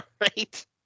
right